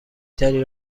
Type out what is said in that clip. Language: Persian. تری